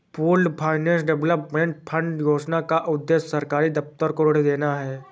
pooled finance development fund योजना का उद्देश्य सरकारी दफ्तर को ऋण देना है